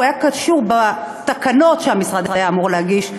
הוא היה תלוי בתקנות שהמשרד היה אמור להגיש,